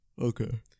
Okay